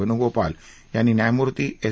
वेणुगोपल यांनी न्यायामूर्ती एस